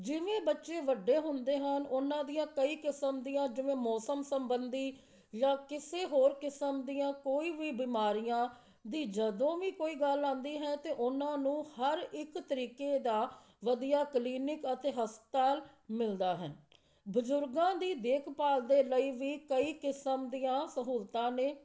ਜਿਵੇਂ ਬੱਚੇ ਵੱਡੇ ਹੁੰਦੇ ਹਨ ਉਹਨਾਂ ਦੀਆਂ ਕਈ ਕਿਸਮ ਦੀਆਂ ਜਿਵੇਂ ਮੌਸਮ ਸੰਬੰਧੀ ਜਾਂ ਕਿਸੇ ਹੋਰ ਕਿਸਮ ਦੀਆਂ ਕੋਈ ਵੀ ਬਿਮਾਰੀਆਂ ਦੀ ਜਦੋਂ ਵੀ ਕੋਈ ਗੱਲ ਆਉਂਦੀ ਹੈ ਤਾਂ ਉਹਨਾਂ ਨੂੰ ਹਰ ਇੱਕ ਤਰੀਕੇ ਦਾ ਵਧੀਆ ਕਲੀਨਿਕ ਅਤੇ ਹਸਪਤਾਲ ਮਿਲਦਾ ਹੈ ਬਜ਼ੁਰਗਾਂ ਦੀ ਦੇਖਭਾਲ ਦੇ ਲਈ ਵੀ ਕਈ ਕਿਸਮ ਦੀਆਂ ਸਹੂਲਤਾਂ ਨੇ